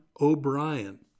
O'Brien